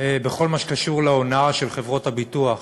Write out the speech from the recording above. בכל מה שקשור להונאה של חברות הביטוח